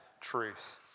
truth